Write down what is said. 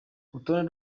urutonde